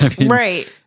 Right